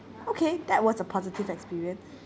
okay that was a positive experience